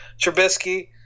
Trubisky